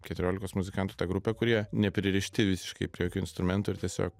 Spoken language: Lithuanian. keturiolikos muzikantų ta grupė kur jie nepririšti visiškai prie jokių instrumentų ir tiesiog